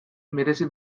merezi